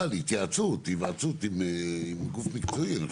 אבל התייעצות גם גוף מקצועי.